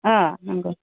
अ नंगौ